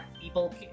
people